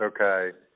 okay